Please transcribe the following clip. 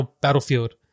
battlefield